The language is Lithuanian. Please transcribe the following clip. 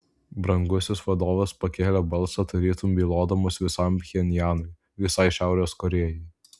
brangusis vadovas pakėlė balsą tarytum bylodamas visam pchenjanui visai šiaurės korėjai